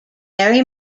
gary